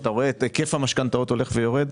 והיקף המשכנתאות הולך ויורד.